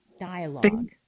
dialogue